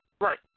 Right